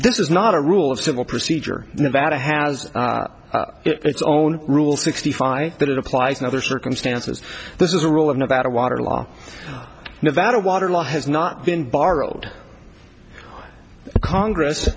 this is not a rule of civil procedure nevada has its own rule sixty five that it applies in other circumstances this is a rule of nevada water law nevada water law has not been borrowed congress